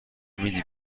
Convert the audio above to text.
میدی